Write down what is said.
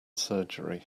surgery